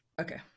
Okay